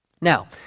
Now